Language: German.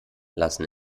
lassen